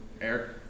Eric